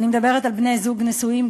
אני מדברת על בני-זוג נשואים,